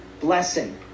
blessing